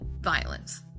violence